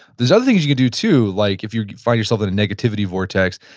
there's other things you can do too. like if you find yourself in a negativity vortex,